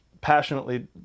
passionately